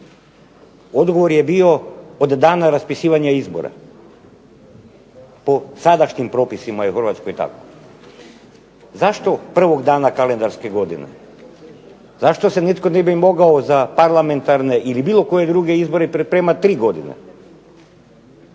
Odgovor je bio, od dana raspisivanja izbora, po sadašnjim propisima u Hrvatskoj je tako. Zašto prvog dana kalendarske godine? Zašto se ne bi netko mogao za parlamentarne ili bilo koje druge izbore pripremati tri godine?